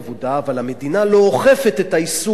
אבל המדינה לא אוכפת את האיסור לעבוד,